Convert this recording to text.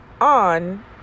on